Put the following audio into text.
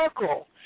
circle